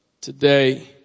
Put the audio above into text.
today